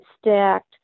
stacked